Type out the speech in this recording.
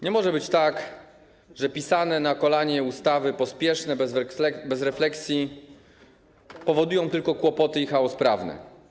Nie może być tak, że pisane na kolanie ustawy, pospiesznie, bez refleksji powodują tylko kłopoty i chaos prawny.